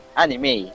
Anime